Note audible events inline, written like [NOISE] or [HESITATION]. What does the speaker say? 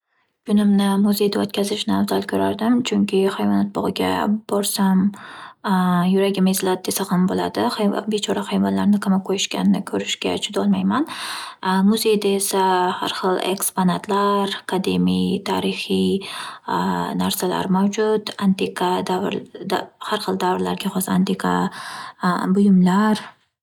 Kunimni muzeyda o'tkazishni afzal ko'rardim, chunki hayvonot bog'iga borsam [HESITATION] yuragim eziladi desa ham bo'ladi. Hayvo- bechora - hayvonlarni qamab qo'yishganini ko'rishga chidolmayman. Muzeyda esa [HESITATION] har xil eksponatlar, qadimiy, tarixiy [HESITATION] narsalar mavjud antiqa davr har xil davrlarga xos antiqa buyumlar.